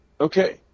Okay